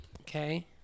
Okay